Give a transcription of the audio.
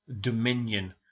dominion